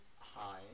Hi